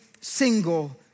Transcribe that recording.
single